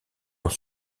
ont